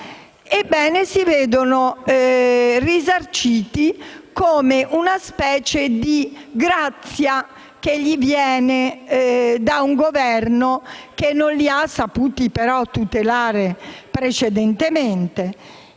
si vedono risarciti come per una specie di grazia, che viene loro da un Governo che però non li ha saputi tutelare precedentemente.